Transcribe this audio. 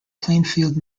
plainfield